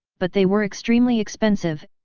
but they were extremely expensive,